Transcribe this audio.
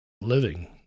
living